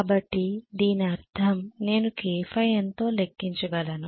కాబట్టి దీని అర్థం నేను kφ ఎంతో లెక్కించగలను